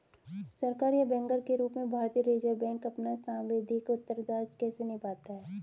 सरकार का बैंकर के रूप में भारतीय रिज़र्व बैंक अपना सांविधिक उत्तरदायित्व कैसे निभाता है?